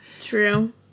True